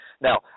Now